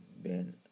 Ben